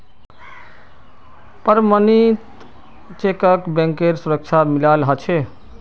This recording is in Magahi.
प्रमणित चेकक बैंकेर सुरक्षा मिलाल ह छे